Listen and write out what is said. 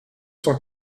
cent